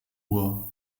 uhr